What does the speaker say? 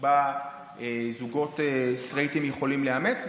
שבה זוגות סטרייטים יכלים לאמץ,